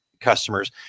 customers